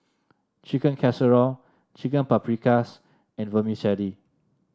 Chicken Casserole Chicken Paprikas and Vermicelli